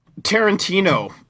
Tarantino